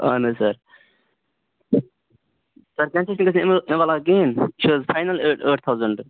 اَہَن حظ سَر سر تیٚلہِ گژھِ نہَ حظ اَمہِ علاوٕ کِہیٖنٛۍ یہِ چھِ فاینل ٲٹھ تھاوزنٛٹ